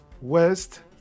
West